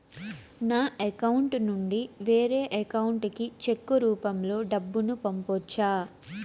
నా అకౌంట్ నుండి వేరే అకౌంట్ కి చెక్కు రూపం లో డబ్బును పంపొచ్చా?